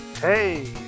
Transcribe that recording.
hey